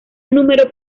número